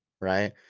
Right